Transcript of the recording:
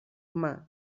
humà